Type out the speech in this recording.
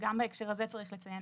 שגם בהקשר הזה צריך לציין,